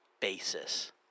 basis